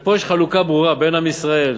ופה יש חלוקה ברורה בין עם ישראל